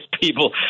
people